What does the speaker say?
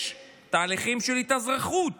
יש תהליכים של התאזרחות